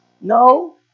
No